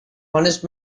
honest